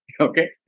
Okay